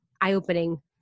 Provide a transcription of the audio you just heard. eye-opening